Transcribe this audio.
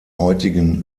heutigen